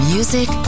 Music